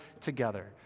together